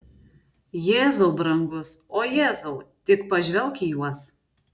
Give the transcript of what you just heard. jėzau brangus o jėzau tik pažvelk į juos